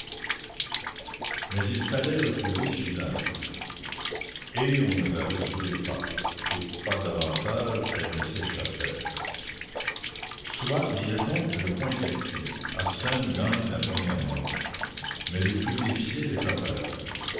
mais il fallait retrouver suzanne et on ne la retrouvait pas et pas davantage elle ne s'échappait soit disait-on le point est acquis arsène gagne la première manche mais le plus difficile est à faire